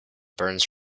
burns